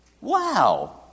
Wow